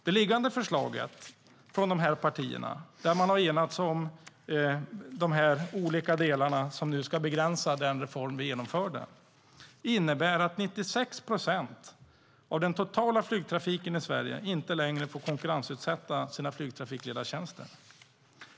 Det liggande förslaget från dessa partier, där har man enats om de olika delarna som ska begränsa den reform vi genomförde, innebär att 96 procent av den totala flygtrafiken i Sverige inte längre får konkurrensutsätta sina flygtrafikledartjänster.